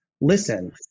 listen